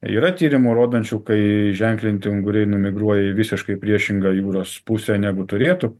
yra tyrimų rodančių kai ženklinti unguriai numigruoja į visiškai priešingą jūros pusę negu turėtų